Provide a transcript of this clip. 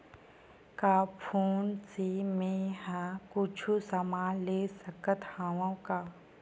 का फोन से मै हे कुछु समान ले सकत हाव का?